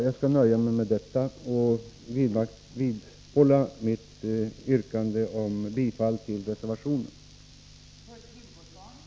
Jag nöjer mig med det sagda och vidhåller mitt yrkande om bifall till reservationen på denna punkt.